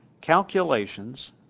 calculations